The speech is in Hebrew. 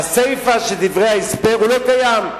הסיפא של דברי ההסבר, זה לא קיים.